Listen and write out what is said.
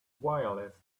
wireless